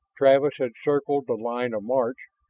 travis had circled the line of march,